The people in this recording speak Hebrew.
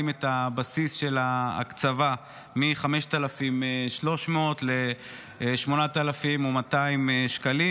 את הבסיס של ההקצבה מ-5,300 ל-8,200 שקלים.